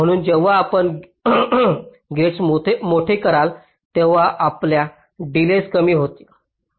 म्हणून जेव्हा आपण गेट्स मोठे कराल तेव्हा आपल्या डिलेज कमी होतील